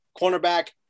cornerback